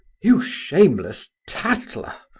you shameless tattler!